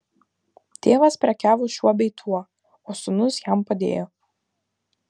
tėvas prekiavo šiuo bei tuo o sūnus jam padėjo